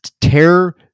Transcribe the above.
tear